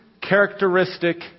characteristic